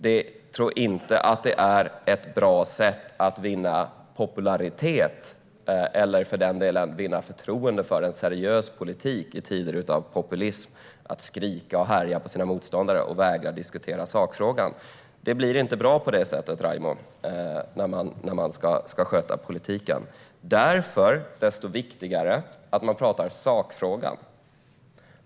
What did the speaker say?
Jag tror inte att det är ett bra sätt att vinna popularitet eller för den delen förtroende för en seriös politik i tider av populism att skrika på och härja mot sina motståndare och vägra diskutera sakfrågan. Det blir inte bra, Raimo, när man ska sköta politiken på det sättet. Därför är det desto viktigare att man pratar om sakfrågan.